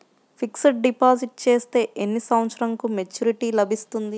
Fixed deposit చేస్తే ఎన్ని సంవత్సరంకు మెచూరిటీ లభిస్తుంది?